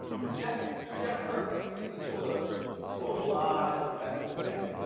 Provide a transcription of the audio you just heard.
and jennifer jennifer is the jeweler to a lot of successful women.